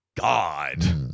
god